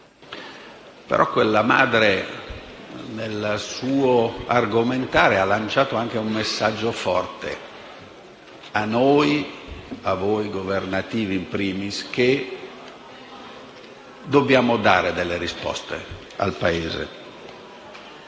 Quella madre, però, nel suo argomentare ha lanciato anche un messaggio forte, a noi e a voi governativi *in primis*: dobbiamo dare delle risposte al Paese.